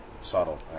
subtle